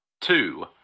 two